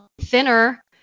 Thinner